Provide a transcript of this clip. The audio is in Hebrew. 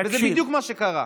זה בדיוק מה שקרה.